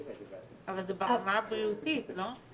אבל זה ברמה הבריאותית, לא?